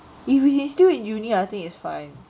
if he is still in uni I think it's fine